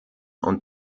und